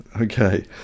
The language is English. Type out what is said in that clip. Okay